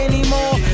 Anymore